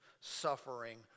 suffering